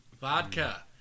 vodka